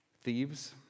Thieves